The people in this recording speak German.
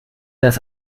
das